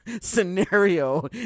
scenario